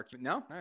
No